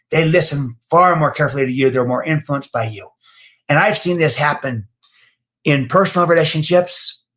they listen far more carefully to you, they're more influenced by you and i have seen this happen in personal relationships.